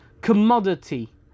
commodity